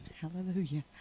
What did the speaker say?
Hallelujah